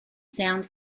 sound